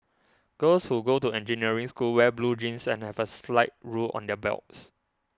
girls who go to engineering school wear blue jeans and have a slide rule on their belts